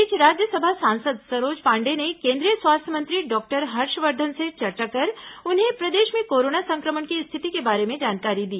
इस बीच राज्यसभा सांसद सरोज पांडेय ने केन्द्रीय स्वास्थ्य मंत्री डॉक्टर हर्षवर्धन से चर्चा कर उन्हें प्रदेश में कोरोना संक्रमण की स्थिति के बारे में जानकारी दी